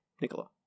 Nicola